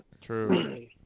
True